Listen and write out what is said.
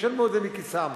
שישלמו את זה מכיסם.